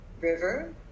River